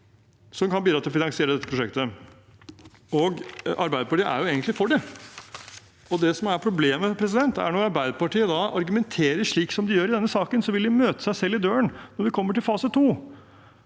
som kan bidra til å finansiere dette prosjektet. Arbeiderpartiet er jo egentlig for det. Det som er problemet, er når Arbeiderpartiet argumenterer slik de gjør i denne saken. Da vil de møte seg selv i døren når vi kommer til fase 2